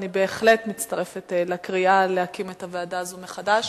אני בהחלט מצטרפת לקריאה להקים את הוועדה מחדש